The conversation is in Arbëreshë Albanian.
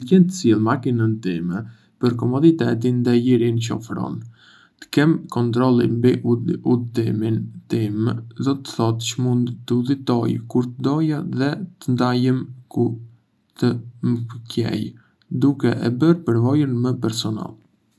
Më pëlqen të sjell makinën time për komoditetin dhe lirinë çë ofron. Të kem kontroll mbi udhëtimin tim do të thotë çë mund të udhëtoj kur të doja dhe të ndalem ku të më pëlqejë, duke e bërë përvojën më personale.